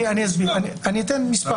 אני אסביר, אני אתן מספר.